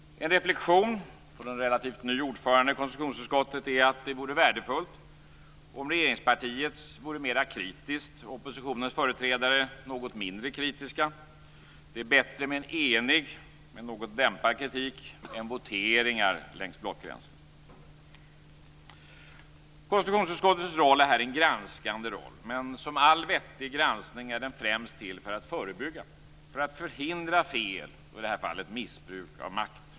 En reflexion från en relativt ny ordförande i konstitutionsutskottet är att det vore värdefullt om regeringspartiet vore mer kritiskt och oppositionens företrädare något mindre kritiska. Det är bättre med en enig, något dämpad kritik än voteringar längs blockgränserna. Konstitutionsutskottets roll är en granskande roll. Men som all vettig granskning är den främst till för att förebygga, för att förhindra fel, i det här fallet missbruk av makt.